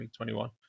2021